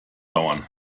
dauern